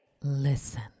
Listen